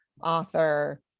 author